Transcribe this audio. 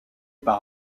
par